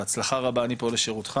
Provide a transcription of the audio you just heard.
בהצלחה רבה אני פה לשרותך.